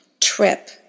trip